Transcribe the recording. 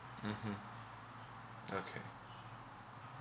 mmhmm okay